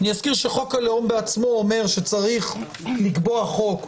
שחוק הלאום בעצמו אומר שצריך לקבוע חוק,